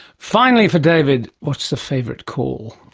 finally for david, what is the favourite call?